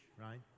right